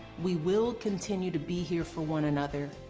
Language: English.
we will continue to be here for one another,